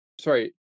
sorry